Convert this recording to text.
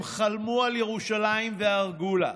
הם חלמו על ירושלים וערגו לה.